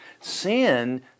Sin